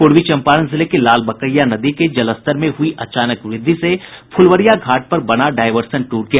पूर्वी चंपारण जिले में लाल बकइया नदी के जलस्तर में हुई अचानक वृद्धि से फुलवरिया घाट पर बना डायवर्सन टूट गया